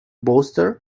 bolster